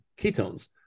ketones